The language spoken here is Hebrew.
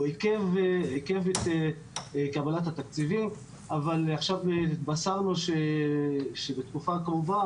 עיכב את קבלת התקציבים אבל עכשיו התבשרנו שבשבועיים-שלושה הקרובים,